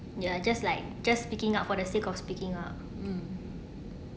ya just like just speaking up for the sake of speaking ah mm